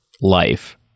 life